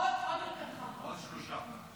עוד שלושה.